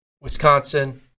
Wisconsin